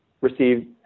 received